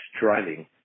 driving